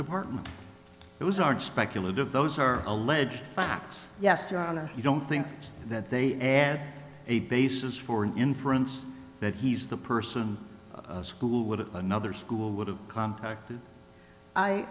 department it was art speculative those are alleged facts yes john and you don't think that they add a basis for an inference that he's the person school would have another school would have contacted